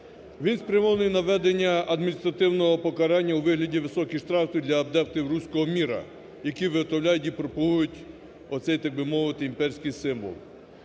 Він спрямований на введення адміністративного покарання у вигляді високих штрафів для адептів руського мира, які виготовляють і пропагують оцей, так би мовити, імперський символ.